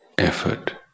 Effort